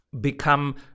become